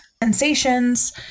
sensations